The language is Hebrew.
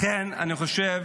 לכן אני חושב